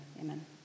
amen